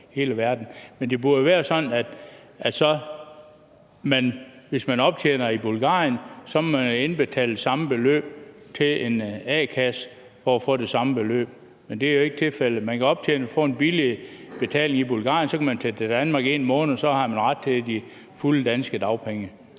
Men det burde jo være sådan, at hvis man optjener i Bulgarien, må man indbetale samme beløb til en a-kasse for at få det samme beløb. Men det er jo ikke tilfældet. Man kan optjene for en billig betaling i Bulgarien, så kan man tage til Danmark i 1 måned, og så har man ret til de fulde danske dagpenge.